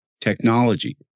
technology